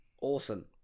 Awesome